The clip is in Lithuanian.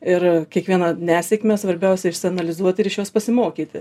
ir kiekvieną nesėkmę svarbiausia išsianalizuoti ir iš jos pasimokyti